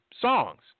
songs